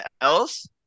else